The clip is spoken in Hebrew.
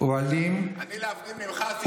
ואתה יוצא החוצה.